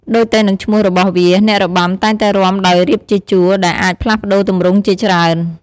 ដូចទៅនឹងឈ្មោះរបស់វា អ្នករបាំតែងតែរាំដោយរៀបជាជួរ ដែលអាចផ្លាស់ប្តូរទម្រង់ជាច្រើន។